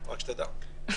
רק שתדע.